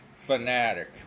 fanatic